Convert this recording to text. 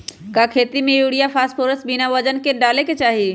का खेती में यूरिया फास्फोरस बिना वजन के न डाले के चाहि?